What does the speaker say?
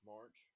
March